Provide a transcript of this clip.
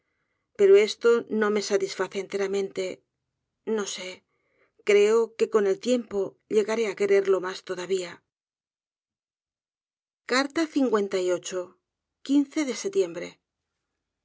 pero esto no me satisface enteramente no sé creo que con el tiempo llegaré á quererlo mas todavía de setiembre